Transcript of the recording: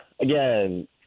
again